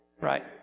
Right